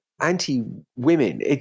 anti-women